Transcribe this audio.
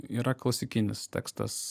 yra klasikinis tekstas